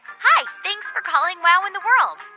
hi, thanks for calling wow in the world.